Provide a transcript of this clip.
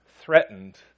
threatened